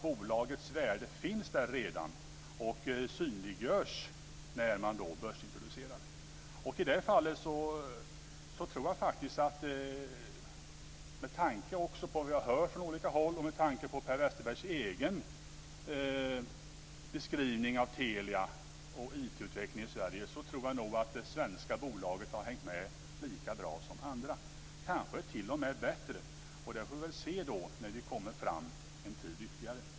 Bolagets värde finns väl där redan och synliggörs när man börsintroducerar? I det fallet tror jag att med tanke på vad vi har hört och Per Westerbergs egen beskrivning av Telia och IT-utveckling i Sverige att det svenska bolaget har hängt med lika bra som andra, kanske t.o.m. bättre. Det får vi väl se längre fram.